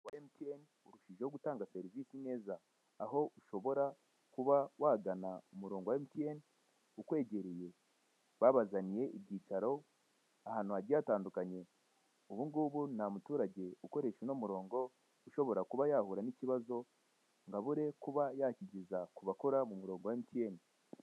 Emutiyeni izwiho gutanga serivise neza, aho ushobora kuba wagana umurongo wa emutiyeni ukwegereye, babazaniye ibyicaro ahantu hagiye hatandukanye. Ubu ngubu nta muturage ukoresha uno murongo, ushobora kuba yahura n'ikibazo ngo abure kuba yakigeza ku abakora mu murongo wa emutiyeni.